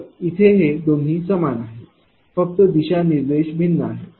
तर इथे हे दोन्ही समान आहे फक्त दिशा निर्देश भिन्न आहेत